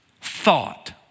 thought